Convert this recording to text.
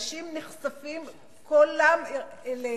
אנשים נחשפים לחלוטין